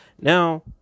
Now